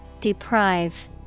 Deprive